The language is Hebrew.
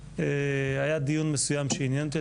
היה דיון מסוים שעניין אותי,